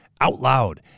OUTLOUD